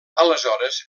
aleshores